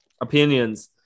opinions